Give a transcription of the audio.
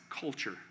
culture